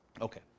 Okay